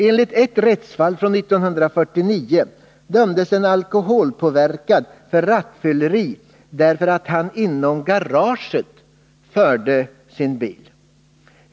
Enligt ett rättsfall från 1949 dömdes en alkoholpåverkad för rattfylleri därför att han inom garaget fört sin bil.